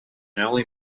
early